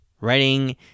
writing